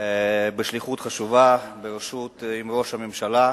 בשליחות חשובה עם ראש הממשלה,